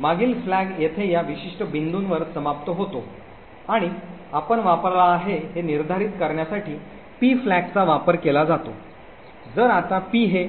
मागील फ्लॅग येथे या विशिष्ट बिंदूवर समाप्त होतो आणि आपण वापरला आहे हे निर्धारित करण्यासाठी पी फ्लॅगचा वापर केला जातो जर आता पी हे